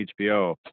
HBO